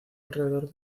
alrededor